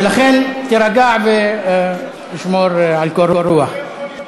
ולכן, תירגע ותשמור על קור רוח.